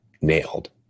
nailed